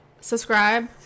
subscribe